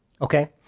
Okay